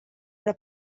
era